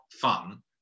fun